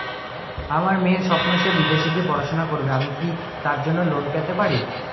আমার মেয়ের স্বপ্ন সে বিদেশে গিয়ে পড়াশোনা করবে আমি কি তার জন্য লোন পেতে পারি?